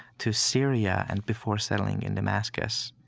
to syria, and before settling in damascus.